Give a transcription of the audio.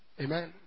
Amen